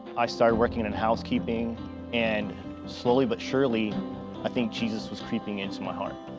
i started working in housekeeping and slowly but surely i think jesus was creeping into my heart.